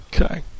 Okay